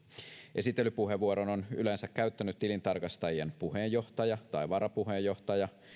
esittelypuheenvuoron on yleensä käyttänyt tilintarkastajien puheenjohtaja tai varapuheenjohtaja